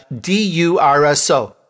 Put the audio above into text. d-u-r-s-o